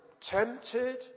tempted